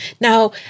Now